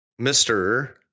Mr